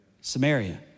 Samaria